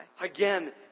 Again